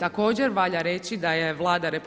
Također valja reći da je Vlada RH